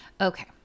okay